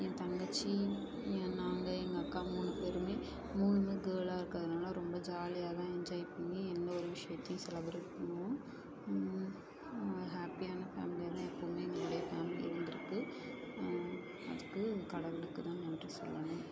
என் தங்கச்சி ஏ நாங்கள் எங்கள் அக்கா மூணு பேருமே மூணுமே கேர்ளாக இருக்கிறதுனால ரொம்ப ஜாலியாக தான் என்ஜாய் பண்ணி எந்த ஒரு விஷயத்தையும் செலப்ரேட் பண்ணுவோம் ஹேப்பியான ஃபேமிலியாக தான் எப்போவுமே எங்களுடைய ஃபேமிலி இருந்துருக்கு அதுக்கு கடவுளுக்கு தான் நன்றி சொல்லணும்